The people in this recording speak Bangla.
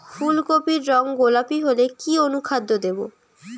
ফুল কপির রং গোলাপী হলে কি অনুখাদ্য দেবো?